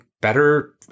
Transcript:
better